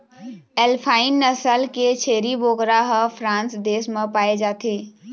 alpine नसल के छेरी बोकरा ह फ्रांस देश म पाए जाथे